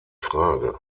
frage